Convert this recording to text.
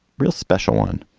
real special one,